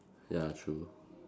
ya true